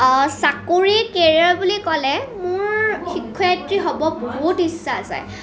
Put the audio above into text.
চাকৰি কেৰিয়াৰ বুলি ক'লে মোৰ শিক্ষয়িত্ৰী হ'বৰ বহু ইচ্ছা যায়